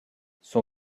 son